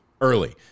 early